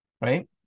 right